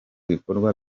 bikorwa